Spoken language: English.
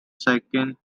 second